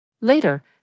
Later